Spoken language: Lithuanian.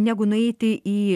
negu nueiti į